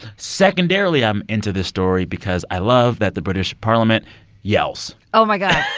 secondarily, i'm into this story because i love that the british parliament yells oh, my god.